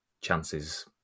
chances